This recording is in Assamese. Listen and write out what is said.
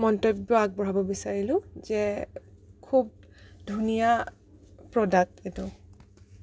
মন্তব্য আগবঢ়াব বিচাৰিলো যে খুব ধুনীয়া প্ৰ'ডাক্ট এইটো